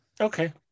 Okay